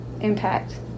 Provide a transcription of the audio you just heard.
impact